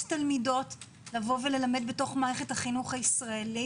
תלמידות ללמד בתוך מערכת החינוך הישראלית,